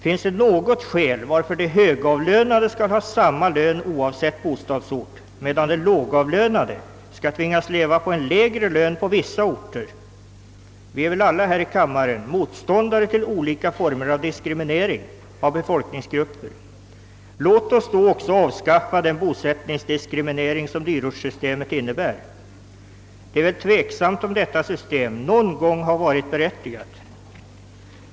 Finns det något skäl till att de högavlönade skall ha samma lön oavsett bostadsort, medan de lågavlönade skall tvingas leva på en lägre lön på vissa orter? Vi är väl alla här i kammaren motståndare till olika former av diskriminering av befolkningsgrupper. Låt oss då medverka till att avskaffa den bosättningsdiskriminering som <dyrortssystemet innebär! Tveksamt är om detta system någon gång har varit berättigat.